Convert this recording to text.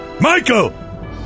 Michael